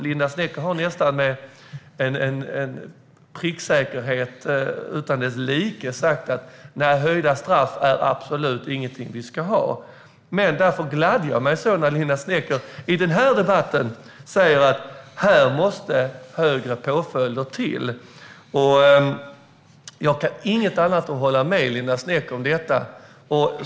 Linda Snecker har med en pricksäkerhet nästan utan dess like sagt att höjda straff absolut inte är något vi ska ha. Därför gladde jag mig när Linda Snecker i denna debatt säger att strängare påföljder måste till. Jag kan bara hålla med henne om detta.